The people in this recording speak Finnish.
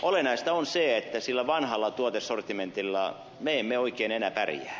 olennaista on se että sillä vanhalla tuotesortimentilla me emme oikein enää pärjää